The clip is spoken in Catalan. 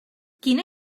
quina